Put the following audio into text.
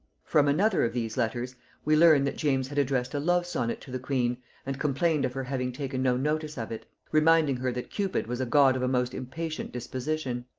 from another of these letters we learn that james had addressed a love-sonnet to the queen and complained of her having taken no notice of it reminding her that cupid was a god of a most impatient disposition.